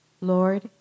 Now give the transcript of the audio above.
Lord